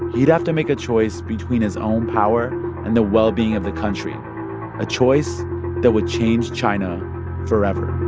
he'd have to make a choice between his own power and the well-being of the country a choice that would change china forever